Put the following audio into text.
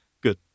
Good